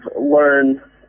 learn